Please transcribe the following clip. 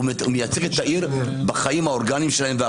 הוא מייצג את העיר בחיים האורגניים שלהם.